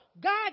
God